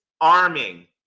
arming